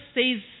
says